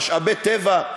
משאבי טבע.